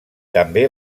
també